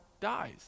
dies